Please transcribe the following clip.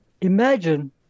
Imagine